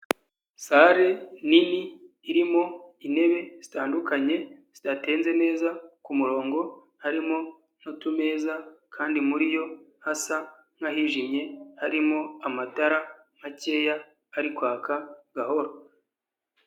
Sare nini irimo intebe zitandukanye, zidatenze neza ku murongo harimo n'utumeza kandi muri yo hasa nk'ahijimye, harimo amatara makeya ari kwaka gahoro.